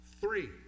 Three